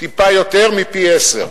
טיפה יותר מפי-עשרה,